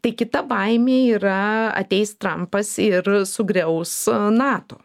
tai kita baimė yra ateis trampas ir sugriaus nato